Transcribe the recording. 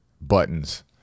buttons